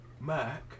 Mac